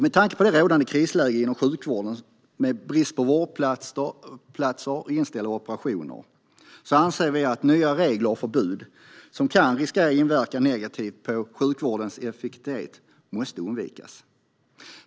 Med tanke på det rådande krisläget inom sjukvården, med brist på vårdplatser och inställda operationer, anser vi att nya regler och förbud som kan inverka negativt på sjukvårdens effektivitet måste undvikas.